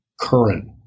current